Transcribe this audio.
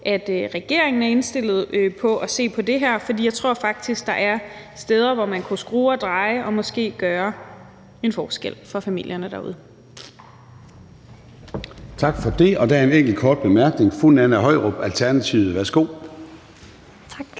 at regeringen er indstillet på at se på det her. For jeg tror faktisk, der er steder, hvor man kunne skrue og dreje og måske gøre en forskel for familierne derude. Kl. 18:52 Formanden (Søren Gade): Tak for det. Der er en enkelt kort bemærkning. Fru Nanna Høyrup, Alternativet. Værsgo. Kl.